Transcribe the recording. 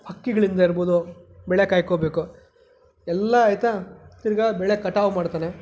ಹಕ್ಕಿಗಳಿಂದ ಇರಬಹುದು ಬೆಳೆ ಕಾಯ್ಕೊಬೇಕು ಎಲ್ಲ ಆಯ್ತಾ ತಿರ್ಗಾ ಬೆಳೆ ಕಟಾವು ಮಾಡ್ತಾನೆ